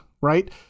right